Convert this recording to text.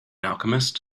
alchemist